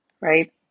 right